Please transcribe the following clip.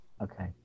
Okay